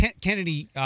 Kennedy